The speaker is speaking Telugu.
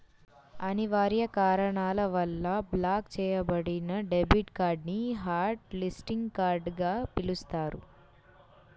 అనివార్య కారణాల వల్ల బ్లాక్ చెయ్యబడిన డెబిట్ కార్డ్ ని హాట్ లిస్టింగ్ కార్డ్ గా పిలుస్తారు